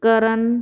ਕਰਨ